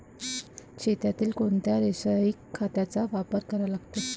शेतीत कोनच्या रासायनिक खताचा वापर करा लागते?